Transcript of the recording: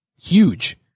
huge